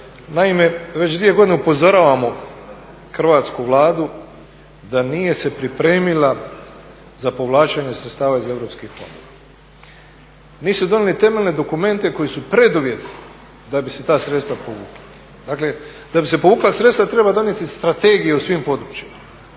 Naime, već 2 godine upozoravamo Hrvatsku Vladu da nije se pripremila za povlačenje sredstava iz Europskih fondova. Nisu donijeli temeljne dokumente koji su preduvjet da bi se ta sredstva povukla. Dakle, da bi se povukla sredstva treba donijeti strategiju u svim područjima.